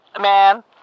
man